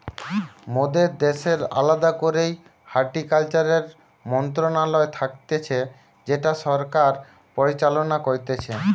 মোদের দ্যাশের আলদা করেই হর্টিকালচারের মন্ত্রণালয় থাকতিছে যেটা সরকার পরিচালনা করতিছে